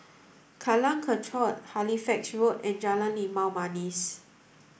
Jalan Kechot Halifax Road and Jalan Limau Manis